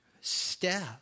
step